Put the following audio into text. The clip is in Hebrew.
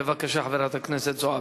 בבקשה, חברת הכנסת זועבי.